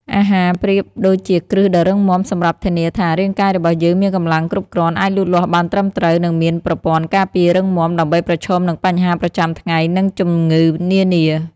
អាហារប្រៀបដូចជាគ្រឹះដ៏រឹងមាំសម្រាប់ធានាថា រាងកាយរបស់យើងមានកម្លាំងគ្រប់គ្រាន់ អាចលូតលាស់បានត្រឹមត្រូវ និងមានប្រព័ន្ធការពាររឹងមាំ ដើម្បីប្រឈមនឹងបញ្ហាប្រចាំថ្ងៃ និងជំងឺនានា។